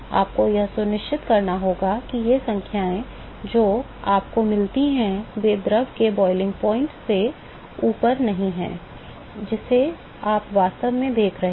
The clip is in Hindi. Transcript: आपको यह सुनिश्चित करना होगा कि ये संख्याएं जो आपको मिलती हैं वे द्रव के क्वथनांक से ऊपर नहीं हैं जिसे आप वास्तव में देख रहे हैं